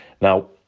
Now